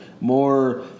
more